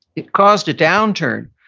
it caused a downturn.